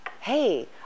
hey